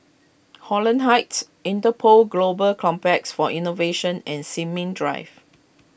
Holland Heights Interpol Global Complex for Innovation and Sin Ming Drive